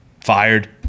Fired